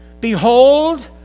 Behold